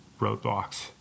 roadblocks